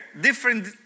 different